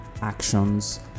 actions